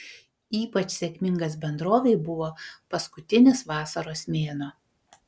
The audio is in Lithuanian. ypač sėkmingas bendrovei buvo paskutinis vasaros mėnuo